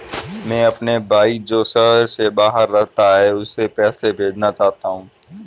मैं अपने भाई जो शहर से बाहर रहता है, उसे पैसे भेजना चाहता हूँ